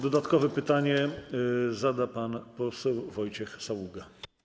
Dodatkowe pytanie zada pan poseł Wojciech Saługa.